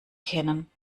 kennen